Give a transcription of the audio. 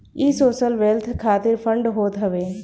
इ social wealth खातिर fund होत हवे